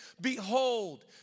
Behold